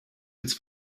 its